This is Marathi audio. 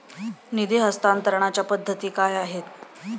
निधी हस्तांतरणाच्या पद्धती काय आहेत?